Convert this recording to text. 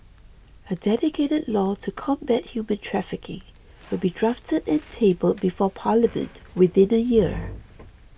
a dedicated law to combat human trafficking will be drafted and tabled before Parliament within a year